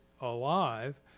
alive